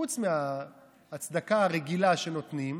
חוץ מהצדקה הרגילה שנותנים,